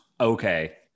Okay